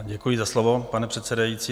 Děkuji za slovo, pane předsedající.